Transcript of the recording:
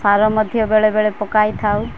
ସାର ମଧ୍ୟ ବେଳେବେଳେ ପକାଇଥାଉ